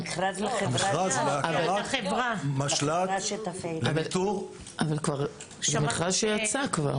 המכרז להקמת משל"ט לאיתור -- אבל זה מכרז שכבר יצא.